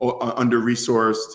under-resourced